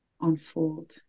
unfold